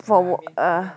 for work err